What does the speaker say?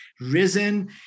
risen